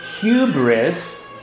hubris